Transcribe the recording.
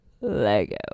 Lego